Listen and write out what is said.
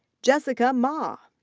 jessica mah,